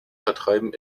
vertreiben